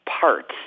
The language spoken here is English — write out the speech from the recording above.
parts